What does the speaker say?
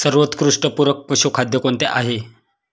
सर्वोत्कृष्ट पूरक पशुखाद्य कोणते आहे?